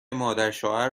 مادرشوهر